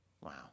Wow